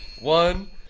one